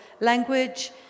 language